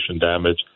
damage